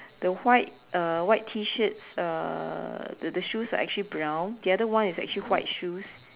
the white uh white T shirt uh the the shoes are actually brown the other one is actually white shoes